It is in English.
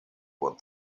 what